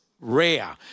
rare